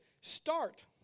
start